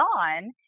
on